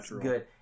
good